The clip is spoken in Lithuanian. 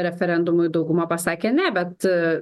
referendumui dauguma pasakė ne bet